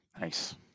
Nice